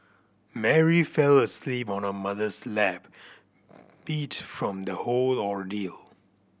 Mary fell asleep on her mother's lap beat from the whole ordeal